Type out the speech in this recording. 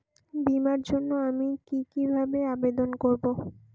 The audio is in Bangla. বিমার জন্য আমি কি কিভাবে আবেদন করব?